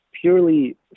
purely